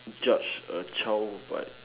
judge a child by